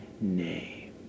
name